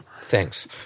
Thanks